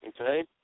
okay